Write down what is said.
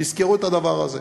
תזכרו את הדבר הזה.